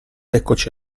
eccoci